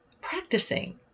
practicing